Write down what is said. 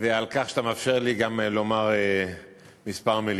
ועל כך שאתה מאפשר לי גם לומר כמה מילים.